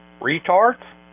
retards